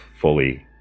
fully